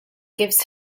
gives